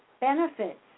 benefits